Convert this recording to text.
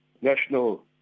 national